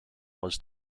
was